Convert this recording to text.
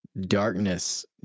darkness